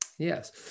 Yes